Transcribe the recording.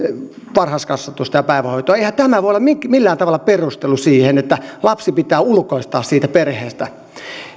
varhaiskasvatusta ja päivähoitoa eihän tämä voi olla millään millään tavalla perustelu sille että lapsi pitää ulkoistaa siitä perheestä